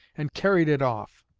and carried it off.